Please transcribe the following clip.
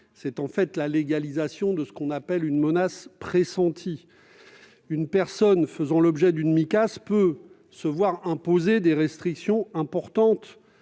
s'agit en fait de la légalisation de ce que l'on appelle une « menace pressentie ». En effet, une personne faisant l'objet d'une Micas peut se voir imposer des restrictions importantes